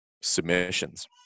submissions